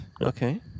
Okay